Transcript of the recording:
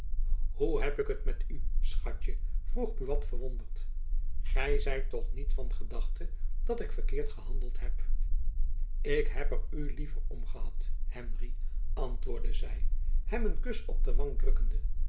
hoe heb ik het met u schatjen vroeg buat verwonderd gy zijt toch niet van gedachte dat ik verkeerd gehandeld heb ik heb er u te liever om gehad henry antwoordde zy hem een kus op de wang drukkende